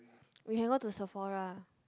we can go to Sephora